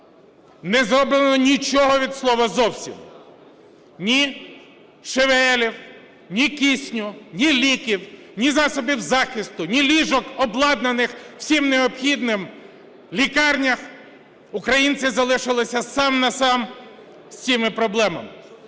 Не зроблено нічого від слова "зовсім". Ні ШВЛ, ні кисню, ні ліків, ні засобів захисту, ні ліжок, обладнаних всім необхідним, в лікарнях українці залишилися сам-на-сам з цими проблемами.